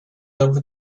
over